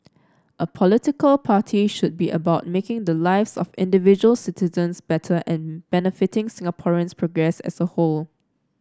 a political party should be about making the lives of individual citizens better and benefiting Singaporeans progress as a whole